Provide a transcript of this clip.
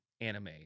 anime